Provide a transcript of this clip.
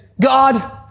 God